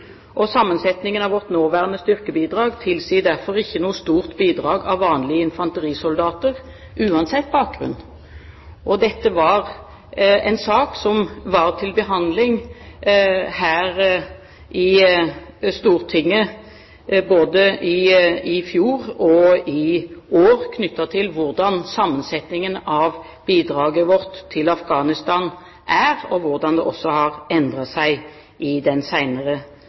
Sammensetningen av vårt nåværende styrkebidrag tilsier derfor ikke noe stort bidrag av vanlige infanterisoldater, uansett bakgrunn. Dette er en sak som har vært til behandling her i Stortinget både i fjor og i år, knyttet til hvordan sammensetningen av bidraget vårt til Afghanistan er, og hvordan det også har endret seg i den